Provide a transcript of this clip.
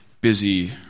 busy